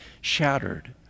shattered